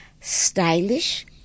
stylish